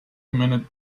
minute